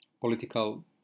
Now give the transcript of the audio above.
political